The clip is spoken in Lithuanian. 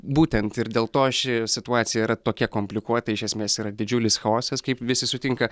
būtent ir dėl to ši situacija yra tokia komplikuota iš esmės yra didžiulis chaosas kaip visi sutinka